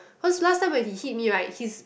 cause last time when he hit me right his